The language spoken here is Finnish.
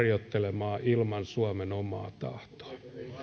harjoittelemaan ilman suomen omaa tahtoa